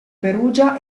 perugia